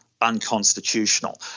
unconstitutional